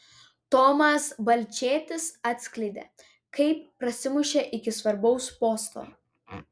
tomas balčėtis atskleidė kaip prasimušė iki svarbaus posto